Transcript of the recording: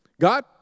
God